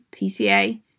PCA